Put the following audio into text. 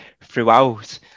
throughout